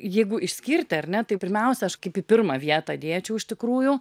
jeigu išskirti ar ne tai pirmiausia aš kaip į pirmą vietą dėčiau iš tikrųjų